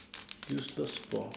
useless power